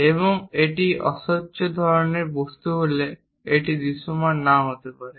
এবং এটি অস্বচ্ছ ধরনের বস্তু হলে এটি দৃশ্যমান নাও হতে পারে